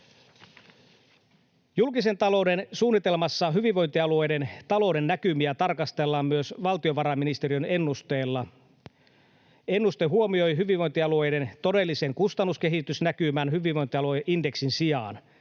Julkisen talouden suunnitelmassa hyvinvointialueiden talouden näkymiä tarkastellaan myös valtiovarainministeriön ennusteella. Ennuste huomioi hyvinvointialueiden todellisen kustannuskehitysnäkymän hyvinvointialueindeksin sijaan.